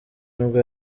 nibwo